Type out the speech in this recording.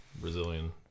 Brazilian